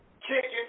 Chicken